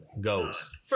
goes